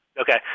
Okay